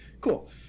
cool